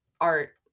art